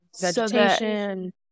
vegetation